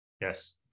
Yes